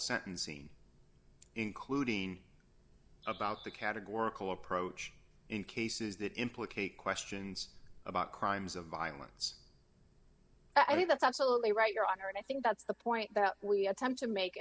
sentencing including about the categorical approach in cases that implicate questions about crimes of violence i think that's absolutely right your honor and i think that's the point that we attempt to make